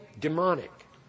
demonic